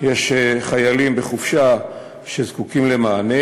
יש חיילים בחופשה שזקוקים למענה,